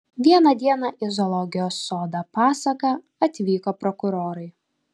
vieną dieną į zoologijos sodą pasaką atvyko prokurorai